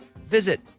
visit